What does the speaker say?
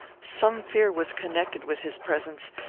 some fear was connected with his presence,